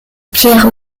pierre